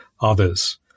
others